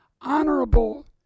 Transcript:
honorable